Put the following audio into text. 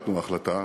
החלטנו החלטה,